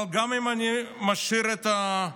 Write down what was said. אבל גם אם אני משאיר את המקורות